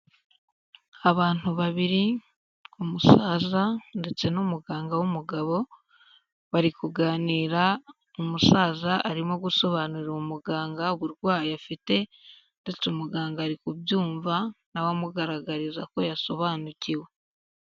Abantu babiri, umusaza ndetse n'umuganga w'umugabo, bari kuganira umusaza arimo gusobanurira umuganga uburwayi afite ndetse umuganga ari kubyumva, na we amugaragariza ko yasobanukiwe.